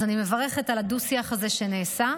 אני מברכת על הדו-שיח הזה שנעשה.